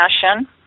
fashion